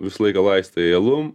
visą laiką laistai alum